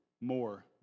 more